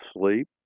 sleep